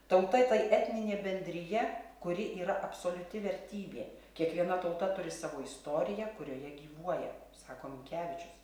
tauta tai etninė bendrija kuri yra absoliuti vertybė kiekviena tauta turi savo istoriją kurioje gyvuoja sako minkevičius